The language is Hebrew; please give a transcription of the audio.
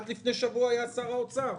שעד לפני שבוע היה שר האוצר,